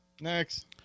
Next